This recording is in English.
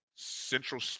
Central